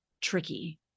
tricky